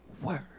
word